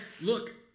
look